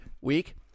week